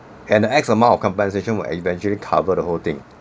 and x-amount of compensation will eventually cover the whole thing